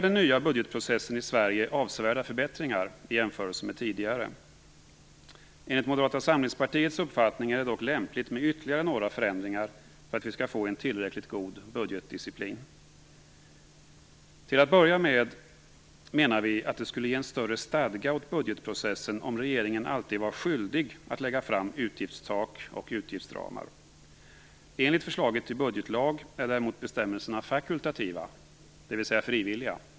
Den nya budgetprocessen i Sverige innebär avsevärda förbättringar i jämförelse med tidigare. Enligt Moderata samlingspartiets uppfattning är det dock lämpligt med ytterligare några förändringar för att vi skall få en tillräckligt god budgetdisciplin. Till att börja med menar vi att det skulle ge en större stadga åt budgetprocessen om regeringen alltid var skyldig att lägga fram utgiftstak och utgiftsramar. Enligt förslaget till budgetlag är däremot bestämmelserna fakultativa, dvs. frivilliga.